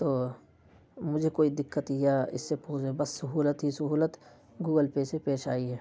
تو مجھے کوئی دقت یا اس سے بس سہولت ہی سہولت گوگل پے سے پیش آئی ہے